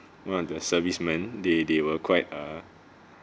one of the servicemen they they were quite uh